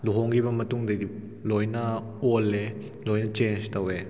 ꯂꯨꯍꯣꯡꯈꯤꯕ ꯃꯇꯨꯡꯗꯗꯤ ꯂꯣꯏꯅ ꯑꯣꯜꯂꯦ ꯂꯣꯏꯅ ꯆꯦꯟꯖ ꯇꯧꯋꯦ